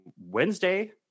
Wednesday